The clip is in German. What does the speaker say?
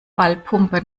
ballpumpe